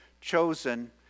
chosen